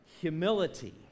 humility